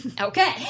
Okay